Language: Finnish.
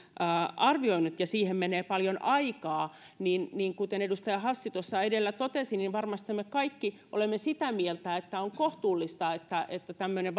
arvioinnit ja siihen menee paljon aikaa niin niin kuten edustaja hassi tuossa edellä totesi varmasti me kaikki olemme sitä mieltä että on kohtuullista että että tämmöinen